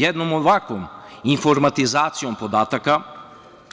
Jednom ovakvom informatizacijom podataka